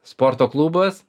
sporto klubas